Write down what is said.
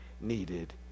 needed